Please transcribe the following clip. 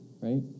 Right